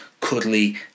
cuddly